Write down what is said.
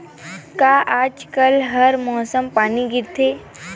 का आज कल हर मौसम पानी गिरथे?